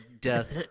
death